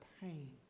pain